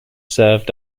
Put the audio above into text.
served